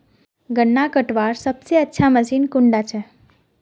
गन्ना कटवार सबसे अच्छा मशीन कुन डा छे?